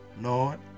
Lord